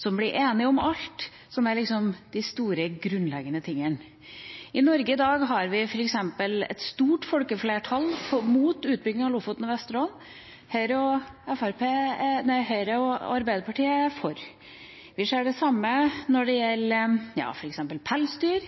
som blir enige om alt som liksom er de store, grunnleggende tingene. I Norge i dag har vi f.eks. et stort folkeflertall mot utbygging av Lofoten og Vesterålen. Høyre og Arbeiderpartiet er for. Vi ser det samme når det gjelder f.eks. pelsdyr,